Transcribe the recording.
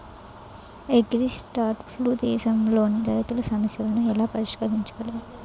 అగ్రిస్టార్టప్లు దేశంలోని రైతుల సమస్యలను ఎలా పరిష్కరించగలవు?